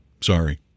Sorry